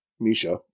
Misha